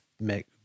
make